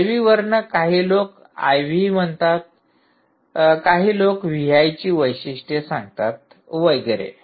IV वर्ण काही लोक IV म्हणतात काही लोक VI ची वैशिष्ट्ये सांगतात वगैरे